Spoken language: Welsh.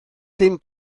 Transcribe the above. dim